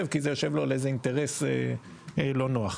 כי זה יושב לו על איזה אינטרס לא נוח.